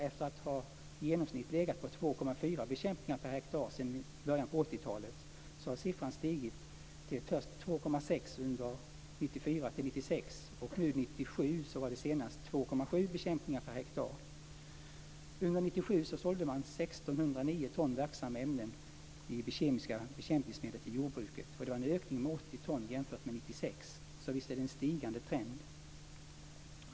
Efter att i genomsnitt ha legat på 2,4 bekämpningar per hektar sedan början på 80-talet har siffran stigit till först 2,6 under 1994-1996 och nu 1997 var det senast 2,7 bekämpningar per hektar. Under 1997 sålde man 1 609 ton verksamma ämnen i kemiska bekämpningsmedel till jordbruket. Det var en ökning med 80 ton jämfört med 1996. Visst är det en stigande trend.